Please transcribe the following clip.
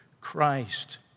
Christ